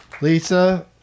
Lisa